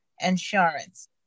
insurance